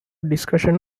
discussion